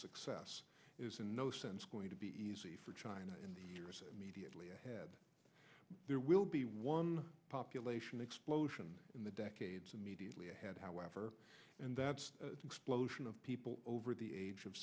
success is in no sense going to be easy for china in the immediately ahead there will be one population explosion in the decades immediately ahead however and that explosion of people over the age of